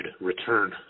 return